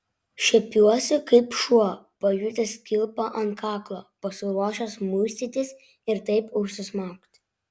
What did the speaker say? šiepiuosi kaip šuo pajutęs kilpą ant kaklo pasiruošęs muistytis ir taip užsismaugti